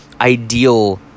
ideal